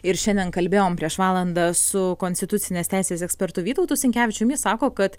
ir šiandien kalbėjom prieš valandą su konstitucinės teisės ekspertu vytautu sinkevičium jis sako kad